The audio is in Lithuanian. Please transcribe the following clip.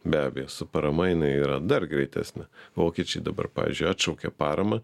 be abejo su parama jinai yra dar greitesnė vokiečiai dabar pavyzdžiui atšaukė paramą